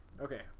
okay